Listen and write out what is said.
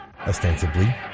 ostensibly